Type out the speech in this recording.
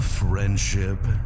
Friendship